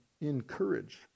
encourage